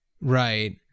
Right